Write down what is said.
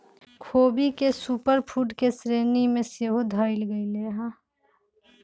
ख़ोबी के super food के श्रेणी में सेहो धयल गेलइ ह